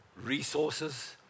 resources